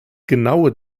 genaue